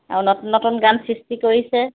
আৰু নতুন নতুন গান সৃষ্টি কৰিছে